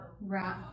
right